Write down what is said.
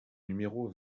numéro